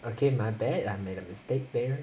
okay my bad I made a mistake there